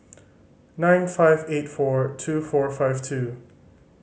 nine five eight four two four five two